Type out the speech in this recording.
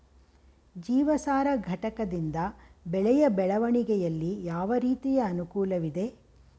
ಜೀವಸಾರ ಘಟಕದಿಂದ ಬೆಳೆಯ ಬೆಳವಣಿಗೆಯಲ್ಲಿ ಯಾವ ರೀತಿಯ ಅನುಕೂಲವಿದೆ?